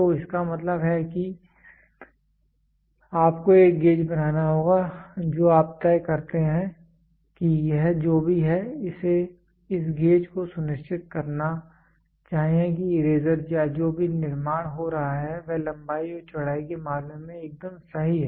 तो इसका मतलब है कि आपको एक गेज बनाना होगा जो आप तय करते हैं कि यह जो भी है इस गेज को सुनिश्चित करना चाहिए कि इरेज़र या जो भी निर्माण हो रहा है वह लंबाई और चौड़ाई के मामले में एकदम सही है